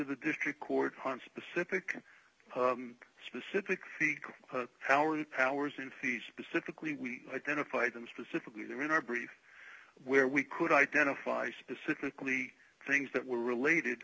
the district court harm specific specific power powers and fees specifically we identified them specifically there in our brief where we could identify specifically things that were related